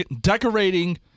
decorating